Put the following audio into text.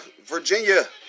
Virginia